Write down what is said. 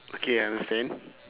okay I understand